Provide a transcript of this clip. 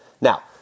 Now